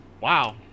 Wow